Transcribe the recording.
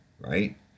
right